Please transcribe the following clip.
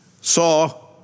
saw